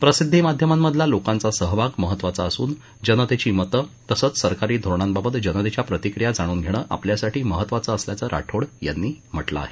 प्रसिद्धी माध्यमांमधला लोकांचा सहभाग महत्त्वाचा असून जनतेची मतं तसंच सरकारी धोरणांबाबत जनतेच्या प्रतिक्रिया जाणून घेणं आपल्यासाठी महत्त्वाचं असल्याचं राठोड यांनी म्हटलं आहे